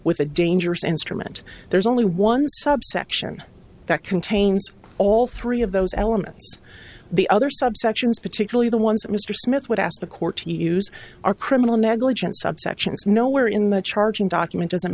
with a dangerous instrument there's only one subsection that contains all three of those elements the other subsections particularly the ones that mr smith would ask the court to use our criminal negligence subsections nowhere in the charging document doesn't